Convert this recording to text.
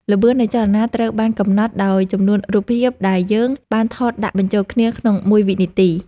ល្បឿននៃចលនាត្រូវបានកំណត់ដោយចំនួនរូបភាពដែលយើងបានថតដាក់បញ្ចូលគ្នាក្នុងមួយវិនាទី។